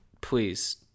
please